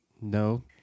no